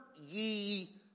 ye